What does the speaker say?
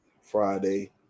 Friday